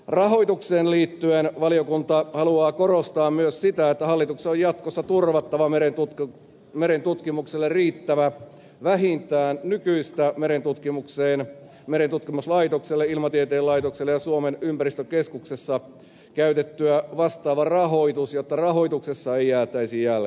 rahoitukseen liittyen valiokunta haluaa korostaa myös sitä että hallituksen on jatkossa turvattava merentutkimukselle riittävä vähintään nykyisin merentutkimukseen merentutkimuslaitoksella ilmatieteen laitoksella ja suomen ympäristökeskuksessa käytettyä vastaava rahoitus jotta rahoituksessa ei jäätäisi jälkeen